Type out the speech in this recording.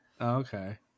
okay